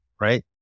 Right